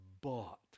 bought